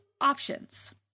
options